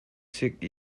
sik